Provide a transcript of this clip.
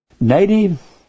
native